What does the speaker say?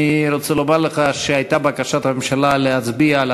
אני רוצה לומר לך שהייתה בקשת ממשלה להצביע על